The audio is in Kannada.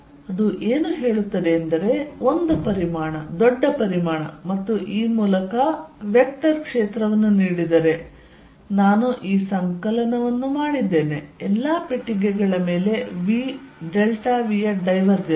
ಅದು ಏನು ಹೇಳುತ್ತದೆ ಎಂದರೆ ಒಂದು ಪರಿಮಾಣ ದೊಡ್ಡ ಪರಿಮಾಣ ಮತ್ತು ಈ ಮೂಲಕ ವೆಕ್ಟರ್ ಕ್ಷೇತ್ರವನ್ನು ನೀಡಿದರೆ ನಾನು ಈ ಸಂಕಲನವನ್ನು ಮಾಡಿದ್ದೇನೆ ಎಲ್ಲಾ ಪೆಟ್ಟಿಗೆಗಳ ಮೇಲೆ v ಡೆಲ್ಟಾ v ಯ ಡೈವರ್ಜೆನ್ಸ್